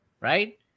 right